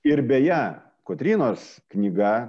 ir beje kotrynos knyga